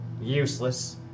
useless